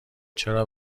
چرا